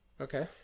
Okay